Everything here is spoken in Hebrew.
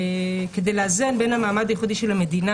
כדי לאזן בין המעמד הייחודי של המדינה